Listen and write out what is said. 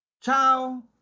Ciao